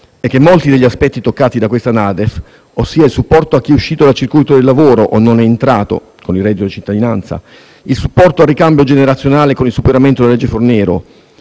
e che molti degli aspetti toccati da questa NADEF, ossia il supporto a chi è uscito dal circuito del lavoro o non vi è entrato (con il reddito di cittadinanza), il supporto al ricambio generazionale con il superamento della legge Fornero,